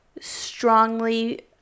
strongly